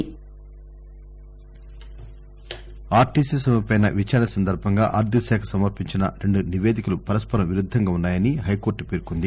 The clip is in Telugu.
యాడ్ ఆర్టీసి సమ్మె ఆర్టిసి సమ్నెపై విచారణ సందర్బంగా ఆర్థికశాఖ సమర్పించిన రెండు నివేదికలు పరస్పరం విరుద్దంగా ఉన్నాయని హై కోర్టు పేర్కొంది